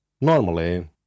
Normally